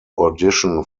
audition